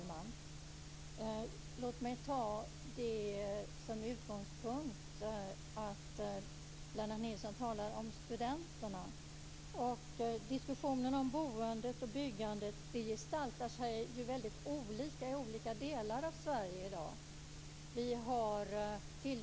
Fru talman! Låt mig ta som utgångspunkt att Lennart Nilsson talar om studenterna. Diskussionen om boendet och byggandet gestaltar sig väldigt olika i olika delar av Sverige i dag.